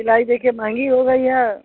सिलाई देखिए महँगी हो गई है